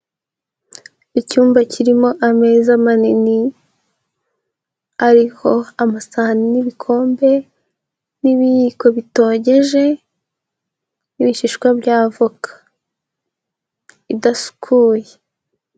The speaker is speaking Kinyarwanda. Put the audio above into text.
Icyumba kirimo ameza manini, ariho amasahani n'ibikombe n'ibiyiko bitogeje, n'ibishishwa bya voka, idasukuye.